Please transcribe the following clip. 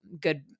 good